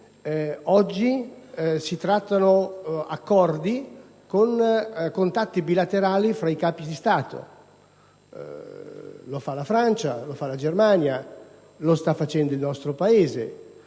oggi si trattano accordi attraverso contatti bilaterali fra i Capi di Stato; lo fanno la Francia e la Germania, lo sta facendo il nostro Paese